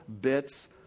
bits